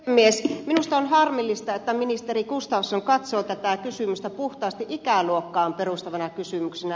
minusta on harmillista että ministeri gustafsson katsoo tätä kysymystä puhtaasti ikäluokkaan perustuvana kysymyksenä